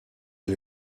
est